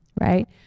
right